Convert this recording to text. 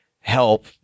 help